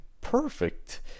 perfect